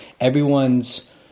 everyone's